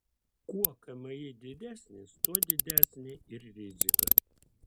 kuo kmi didesnis tuo didesnė ir rizika